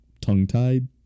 tongue-tied